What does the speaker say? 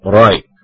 right